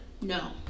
No